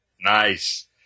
Nice